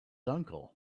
uncle